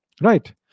Right